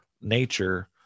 nature